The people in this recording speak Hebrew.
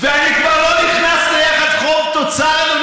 ואני כבר לא נכנס ליחס חוב תוצר,